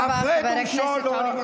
הפרד ומשול.